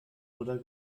oder